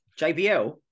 JBL